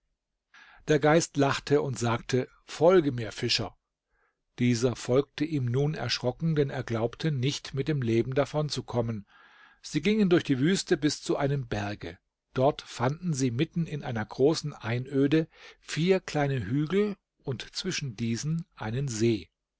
der geist lachte und sagte folge mir fischer dieser folgte ihm nun erschrocken denn er glaubte nicht mit dem leben davonzukommen sie gingen durch die wüste bis zu einem berge dort fanden sie mitten in einer großen einöde vier kleine hügel und zwischen diesen einen see